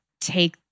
take